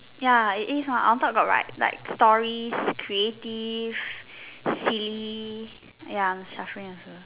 ya it is mah on top got write like stories creative silly ya I am suffering also